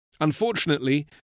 Unfortunately